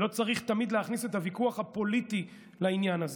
ולא צריך תמיד להכניס את הוויכוח הפוליטי לעניין הזה.